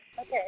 Okay